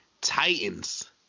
Titans